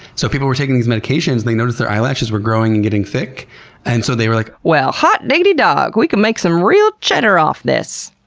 so people were taking these medications, they noticed their eyelashes were growing and getting thick and so they were like well hot diggity dog we can make some real cheddar off this!